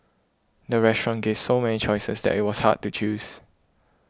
the restaurant gave so many choices that it was hard to choose